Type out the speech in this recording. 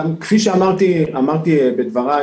כפי שאמרתי בדבריי,